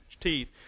teeth